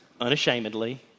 unashamedly